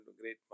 great